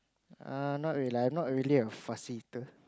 err not really I'm not really a fussy eater